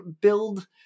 build